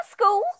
school